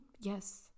yes